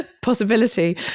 possibility